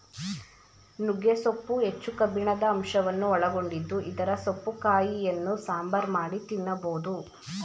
ನುಗ್ಗೆ ಸೊಪ್ಪು ಹೆಚ್ಚು ಕಬ್ಬಿಣದ ಅಂಶವನ್ನು ಒಳಗೊಂಡಿದ್ದು ಇದರ ಸೊಪ್ಪು ಕಾಯಿಯನ್ನು ಸಾಂಬಾರ್ ಮಾಡಿ ತಿನ್ನಬೋದು